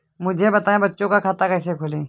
मुझे बताएँ बच्चों का खाता कैसे खोलें?